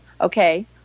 okay